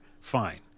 Fine